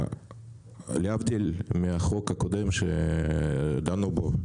להבדיל מהחוק הקודם שדנו בו,